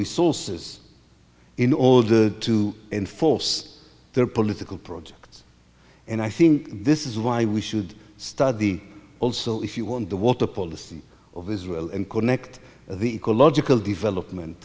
resources in order to enforce their political projects and i think this is why we should study also if you want the water policy of israel and connect the ecological development